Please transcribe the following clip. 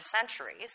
centuries